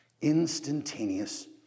Instantaneous